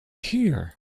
here